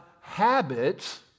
habit